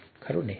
ખરું ને